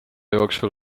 jooksul